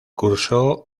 cursó